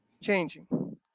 changing